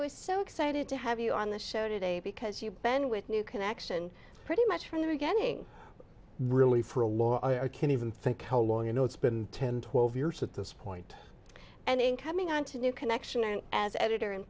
was so excited to have you on the show today because you've been with new connection pretty much from the beginning really for a lot i can't even think how long you know it's been ten twelve years at this point and in coming onto new connection and as editor and